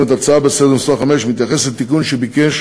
בסדר-היום, הוא תיקון שביקש